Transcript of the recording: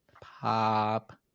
pop